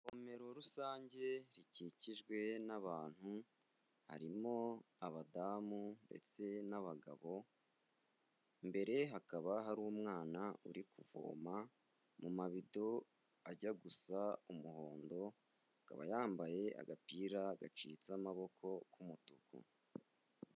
Isomero rusange rikikijwe n'abantu harimo abadamu ndetse n'abagabo, imbere hakaba hari umwana uri kuvoma mu mabido ajya gusa umuhondo, akaba yambaye agapira gacitse amaboko ku mutuku.